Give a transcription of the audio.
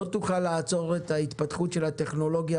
לא תוכל לעצור את ההתפתחות של הטכנולוגיה